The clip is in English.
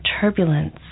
turbulence